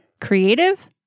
creative